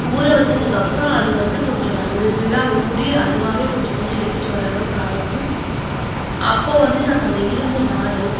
ஊற வைச்சதுக்கப்றம் அது வந்து கொஞ்சம் நல்லா ஊறி அதுவாகவே கொஞ்சம் கொஞ்சம் எடுத்துகிட்டு வர அளவுக்கு ஆகிடும் அப்போது வந்து நாங்கள் அந்த இரும்பு நார்